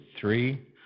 three